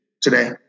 today